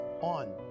on